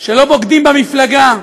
שלא בוגדים במפלגה,